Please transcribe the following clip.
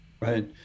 Right